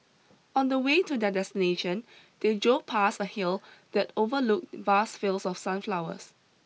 on the way to their destination they drove past a hill that overlooked vast fields of sunflowers